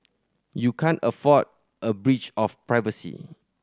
you can't afford a breach of privacy